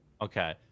Okay